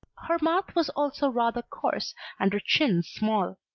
her mouth was also rather coarse and her chin small.